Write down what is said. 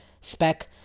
spec